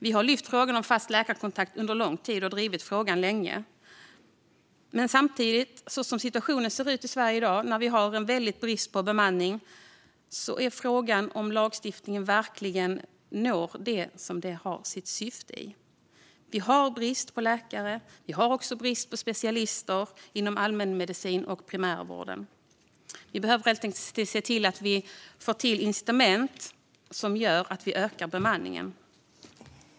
Vi har lyft frågan om fast läkarkontakt under lång tid och drivit frågan länge, men som situationen ser ut i Sverige i dag, med en väldig brist på bemanning, är frågan om lagstiftningen verkligen når sitt syfte. Vi har brist på läkare, och vi har också brist på specialister inom allmänmedicin och primärvård. Vi behöver helt enkelt se till att vi får till incitament för att öka bemanningen.